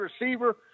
receiver